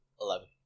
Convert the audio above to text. Eleven